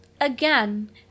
again